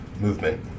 movement